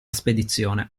spedizione